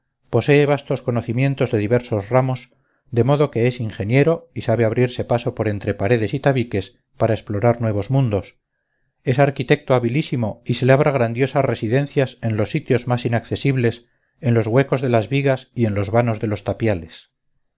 posee vastos conocimientos de diversos ramos de modo que es ingeniero y sabe abrirse paso por entre paredes y tabiques para explorar nuevos mundos es arquitecto habilísimo y se labra grandiosas residencias en los sitios más inaccesibles en los huecos de las vigas y en los vanos de los tapiales